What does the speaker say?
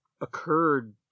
occurred